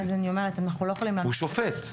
הוא שופט.